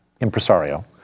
impresario